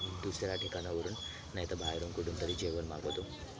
दुसऱ्या ठिकाणावरून नाहीतर बाहेरून कुठून तरी जेवण मागवतो